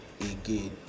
again